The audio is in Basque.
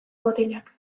mutilak